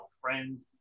friends